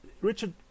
richard